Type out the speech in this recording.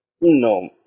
No